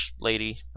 lady